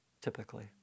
typically